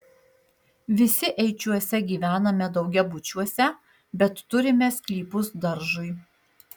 visi eičiuose gyvename daugiabučiuose bet turime sklypus daržui